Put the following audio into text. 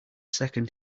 second